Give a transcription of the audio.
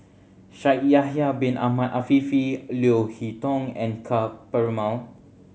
Shaikh Yahya Bin Ahmed Afifi Leo Hee Tong and Ka Perumal